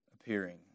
appearing